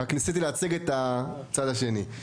רק ניסיתי להציג את הצד השני.